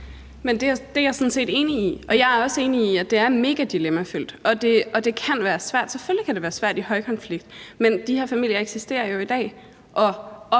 det er jeg sådan set enig i, og jeg er også enig i, at det er mega dilemmafyldt, og at det kan være svært – selvfølgelig kan det være svært – i højkonflikter. Men de her familier eksisterer jo i dag